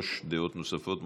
שלוש דעות נוספות.